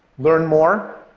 learn more,